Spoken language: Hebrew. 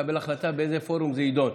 שתקבל החלטה באיזה פורום זה יידון.